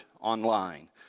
online